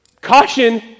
caution